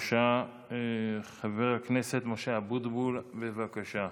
חבר הכנסת משה אבוטבול, בבקשה.